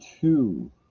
two